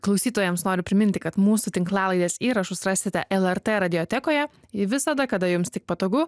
klausytojams noriu priminti kad mūsų tinklalaides įrašus rasite lrt radijotekoje ji visada kada jums tik patogu